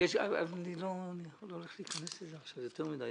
אני לא הולך להיכנס לזה עכשיו יותר מדיי